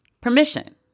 permission